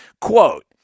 Quote